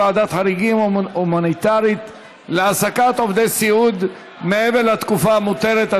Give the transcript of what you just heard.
ועדת חריגים הומניטרית להעסקת עובדי סיעוד מעבר לתקופה המותרת),